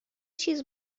چیز